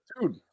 Dude